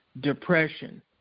depression